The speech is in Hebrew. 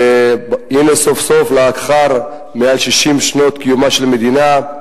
והנה סוף-סוף, לאחר מעל 60 שנות קיומה של המדינה,